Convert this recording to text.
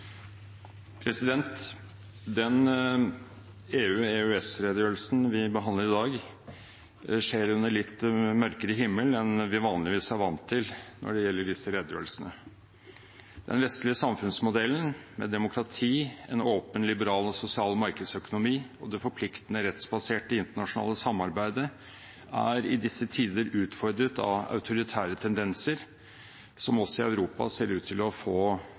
i dag skjer under en litt mørkere himmel enn vi vanligvis er vant til når det gjelder disse redegjørelsene. Den vestlige samfunnsmodellen med demokrati, en åpen, liberal og sosial markedsøkonomi og det forpliktende rettsbaserte internasjonale samarbeidet er i disse tider utfordret av autoritære tendenser, som også i Europa ser ut til å få